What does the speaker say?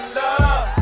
love